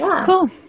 Cool